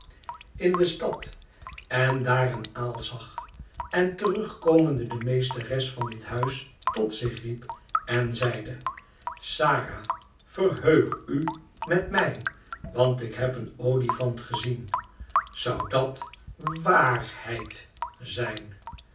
in de stad en daar een aal zag en terugkomende de meesteres van dit huis tot zich riep en zeide sara verheug u met mij want ik heb een olifant gezien zou dat wa a arheid zijn